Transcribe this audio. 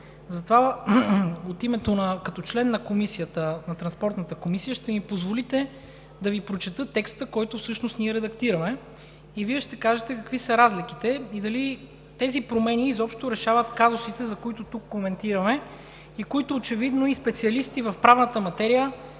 Затова като член на Транспортната комисия ще ми позволите да Ви прочета текста, който всъщност ние редактираме, и Вие ще кажете какви са разликите и дали тези промени изобщо решават казусите, за които тук коментираме и на които очевидно и специалисти в правната материя